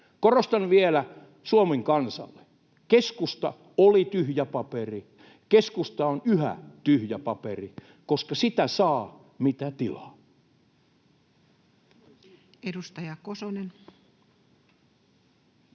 Korostan vielä Suomen kansalle: keskusta oli tyhjä paperi, keskusta on yhä tyhjä paperi, koska sitä saa, mitä tilaa.